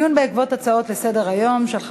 הצעות לסדר-היום מס' 2394,